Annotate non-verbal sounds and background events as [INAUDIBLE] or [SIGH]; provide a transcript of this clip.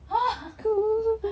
!wah! [LAUGHS]